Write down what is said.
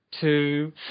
two